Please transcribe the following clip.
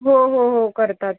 हो हो हो करतात